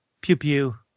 pew-pew